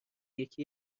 یکی